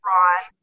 Ron